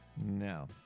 No